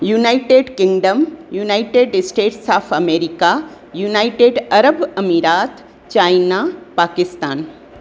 United Kingdom United States of America United Arab Emirates China Pakistan